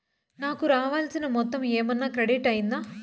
నాకు రావాల్సిన మొత్తము ఏమన్నా క్రెడిట్ అయ్యిందా